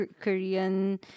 Korean